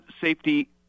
safety